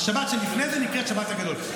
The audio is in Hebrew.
השבת שלפני זה נקראת שבת הגדול.